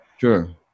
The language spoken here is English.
sure